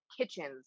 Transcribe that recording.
kitchens